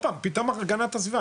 עוד פעם, פתאום הגנת הסביבה.